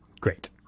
great